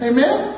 Amen